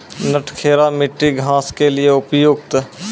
नटखेरा मिट्टी घास के लिए उपयुक्त?